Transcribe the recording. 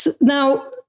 Now